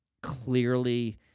clearly